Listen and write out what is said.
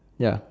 ya